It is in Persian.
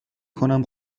کنم